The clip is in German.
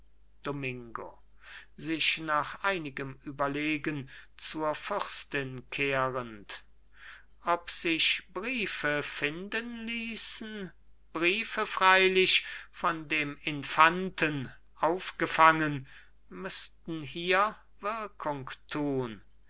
domingo sich nach einigem überlegen zur fürstin kehrend ob sich briefe finden ließen briefe freilich von dem infanten aufgefangen müßten hier wirkung tun